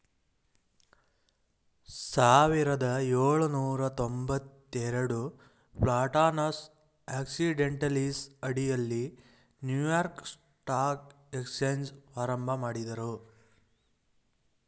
ಸಾವಿರದ ಏಳುನೂರ ತೊಂಬತ್ತಎರಡು ಪ್ಲಾಟಾನಸ್ ಆಕ್ಸಿಡೆಂಟಲೀಸ್ ಅಡಿಯಲ್ಲಿ ನ್ಯೂಯಾರ್ಕ್ ಸ್ಟಾಕ್ ಎಕ್ಸ್ಚೇಂಜ್ ಪ್ರಾರಂಭಮಾಡಿದ್ರು